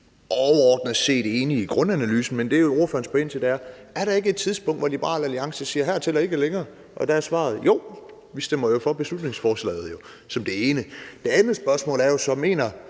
overordnet set er enig i grundanalysen. Men det, ordføreren spurgte ind til, altså om der ikke kommer et tidspunkt, hvor Liberal Alliance siger »hertil og ikke længere«, vil jeg svare: Jo, vi stemmer jo for beslutningsforslaget. Det var det ene. Det andet spørgsmål er så, om